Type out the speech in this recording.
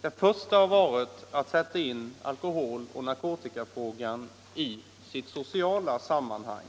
Den första har varit att sätta in alkoholoch narkotikafrågan i sitt sociala sammanhang.